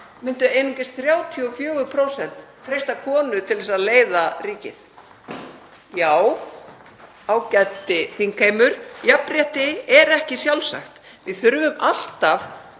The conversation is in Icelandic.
myndu einungis 34% treysta konu til að leiða ríkið. Já, ágæti þingheimur, jafnrétti er ekki sjálfsagt. Við þurfum alltaf